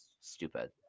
stupid